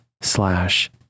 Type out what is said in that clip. slash